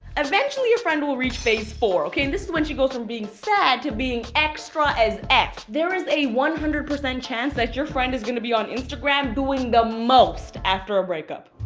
eventually, your friend will reach phase four, okay? and this is when she goes from being sad to being extra as f. there is a one hundred percent chance that your friend is gonna be on instagram doing the most after a breakup.